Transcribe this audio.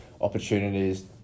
opportunities